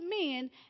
men